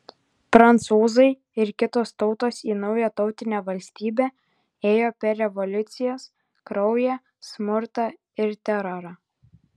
prancūzai ir kitos tautos į naują tautinę valstybę ėjo per revoliucijas kraują smurtą ir terorą